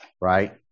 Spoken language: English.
right